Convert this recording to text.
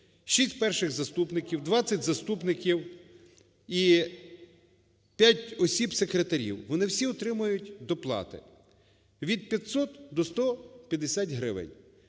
6 перших заступників, 20 заступників і 5 осіб-секретарів. Вони всі отримують доплати від 500 до 150 гривень.